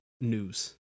news